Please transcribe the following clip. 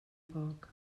poc